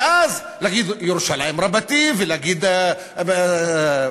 ואז להגיד "ירושלים רבתי" ולהגיד "גושי